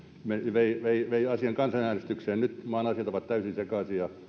vei vei asian kansanäänestykseen nyt maan asiat ovat täysin sekaisin ja